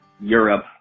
Europe